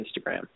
Instagram